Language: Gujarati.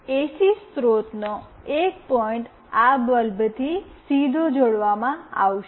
એસી સ્રોતનો એક પોઇન્ટ આ બલ્બથી સીધો જોડવામાં આવશે